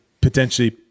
potentially